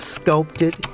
Sculpted